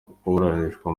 kuburanishirizwa